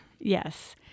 Yes